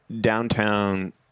downtown